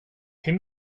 hur